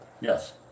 Yes